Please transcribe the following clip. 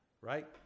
Right